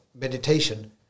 meditation